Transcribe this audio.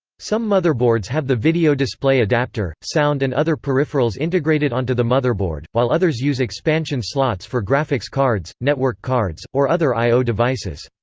some motherboards have the video display adapter, sound and other peripherals integrated onto the motherboard, while others use expansion slots for graphics cards, network cards, or other i o devices.